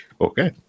Okay